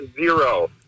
Zero